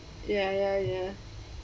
ya ya ya